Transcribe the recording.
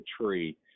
tree